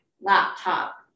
laptop